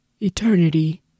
Eternity